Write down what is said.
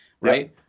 right